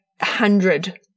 hundred